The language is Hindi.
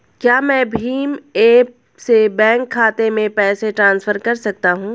क्या मैं भीम ऐप से बैंक खाते में पैसे ट्रांसफर कर सकता हूँ?